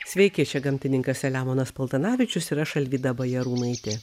sveiki čia gamtininkas selemonas paltanavičius ir aš alvyda bajarūnaitė